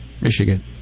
Michigan